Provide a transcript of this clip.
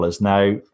Now